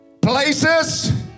Places